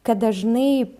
kad dažnai